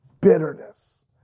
bitterness